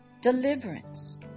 deliverance